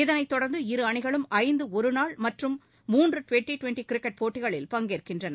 இதளை தொடர்ந்து இரு அணிகளும் ஐந்து ஒருநாள் மற்றும் மூன்று ட்வெண்ட்டி டவெண்ட்டி கிரிக்கெட் போட்டிகளில் பங்கேற்கின்றன